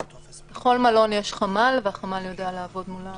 בכל מלון יש חמ"ל והחמ"ל יודע לעבוד מול מי שצריך.